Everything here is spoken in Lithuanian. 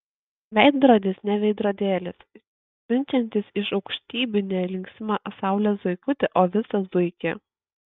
veidrodis ne veidrodėlis siunčiantis iš aukštybių ne linksmą saulės zuikutį o visą zuikį